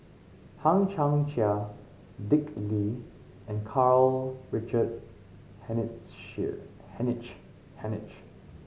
Hang Chang Chieh Dick Lee and Karl Richard Hanitsch Hanitsch